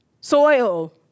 soil